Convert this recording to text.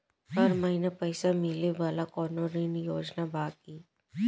हर महीना पइसा मिले वाला कवनो ऋण योजना बा की?